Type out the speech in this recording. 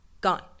Gone